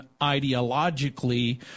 ideologically